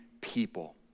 people